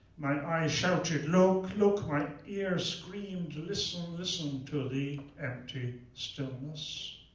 my eye shouted, look, look. my ear screamed, listen, listen to the empty stillness.